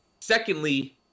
Secondly